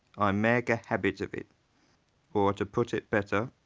i make a habit of it or to put it better,